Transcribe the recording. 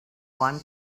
one